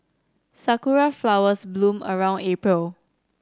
sakura flowers bloom around April